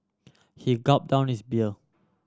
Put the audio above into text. he gulp down his beer